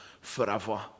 forever